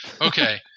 okay